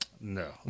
No